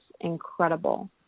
incredible